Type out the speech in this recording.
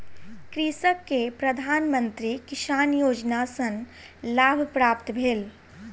कृषक के प्रधान मंत्री किसान योजना सॅ लाभ प्राप्त भेल